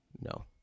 No